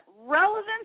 relevance